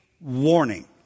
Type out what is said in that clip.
warning